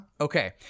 okay